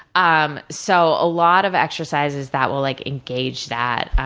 um so, a lot of exercises that will like engage that,